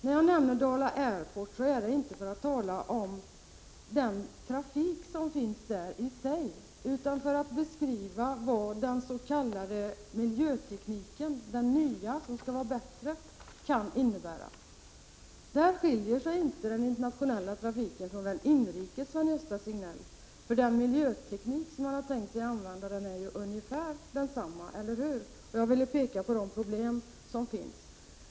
När jag nämnde Dala Airport var det inte för att tala om den trafik som finns där i sig utan för att beskriva vad den s.k. miljötekniken — den nya, som skall vara bättre — kan innebära. På den punkten skiljer sig inte den internationella trafiken från den nationella, Sven-Gösta Signell. Den miljöteknik som man har tänkt sig att använda är ungefär densamma, eller hur? Jag ville peka på de problem som finns.